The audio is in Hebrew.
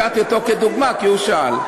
לקחתי אותו כדוגמה, כי הוא שאל.